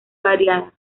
variada